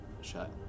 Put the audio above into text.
shut